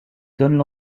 donnent